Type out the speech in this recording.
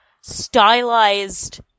stylized